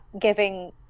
giving